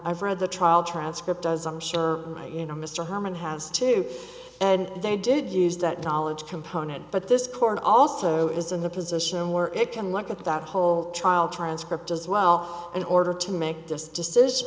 i've read the trial transcript as i'm sure you know mr harmon has two and they did use that knowledge component but this court also is in a position where it can look at that whole trial transcript as well in order to make this decision